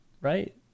right